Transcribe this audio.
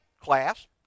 class